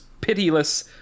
pitiless